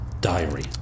Diary